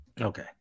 Okay